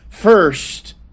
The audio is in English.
first